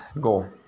go